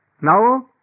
Now